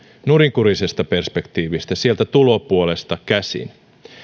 nurinkurisesta perspektiivistä sieltä tulopuolesta käsin